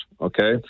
okay